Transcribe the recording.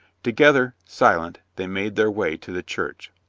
together, silent, they made their way to the church,